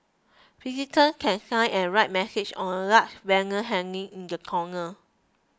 visitor can sign and write message on a large banner hanging in the corner